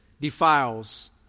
defiles